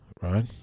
right